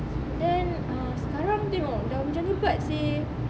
then ah sekarang tengok dah hujan lebat seh